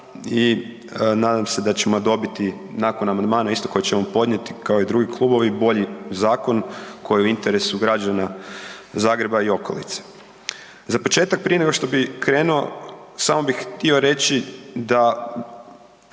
i nadam se da ćemo dobiti nakon amandmana koje ćemo podnijeti kao i drugi klubovi bolji zakon koji je u interesu građana Zagreba i okolice. Za početak prije nego što bi krenuo samo bih htio reći da